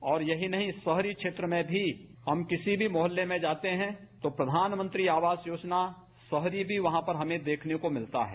और यही नहीं शहरी क्षेत्र में भी हम किसी भी मोहल्ले में जाते हैं तो प्रधानमंत्री आवास योजना शहरी भी हमें देखने को मिलता है